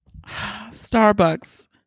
Starbucks